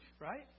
right